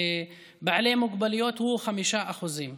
לבעלי מוגבלויות הוא 5%;